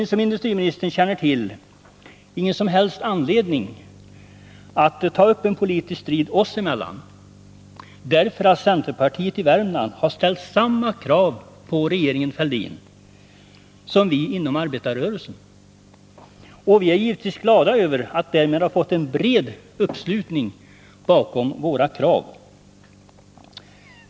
Som industriministern känner till finns det inte någon som helst anledning att ta upp en politisk strid oss emellan, för centerpartiet i Värmland har ju ställt samma krav på regeringen Fälldin som vi inom arbetarrörelsen har gjort. Vi är givetvis glada över att det därmed har blivit en bred uppslutning kring våra krav.